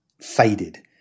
faded